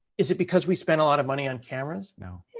is it because we spent a lot of money on cameras? no.